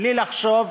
בלי לחשוב,